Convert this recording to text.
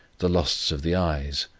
the lusts of the eyes,